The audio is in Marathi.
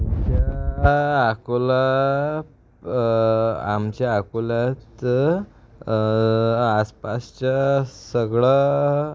आमच्या अकोला आमच्या अकोल्यात आसपासच्या सगळं